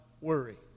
worry